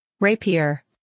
Rapier